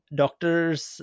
doctors